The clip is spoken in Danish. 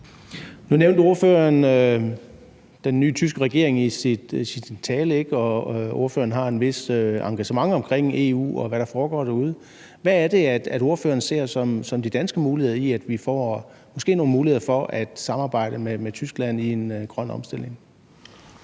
Nu nævnte ordføreren i sin tale den nye tyske regering, og ordføreren har et vist engagement omkring EU og omkring, hvad der foregår derude. Hvad er det, ordføreren ser som de danske muligheder i, at vi måske får nogle muligheder for at samarbejde med Tyskland i en grøn omstilling?